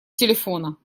телефона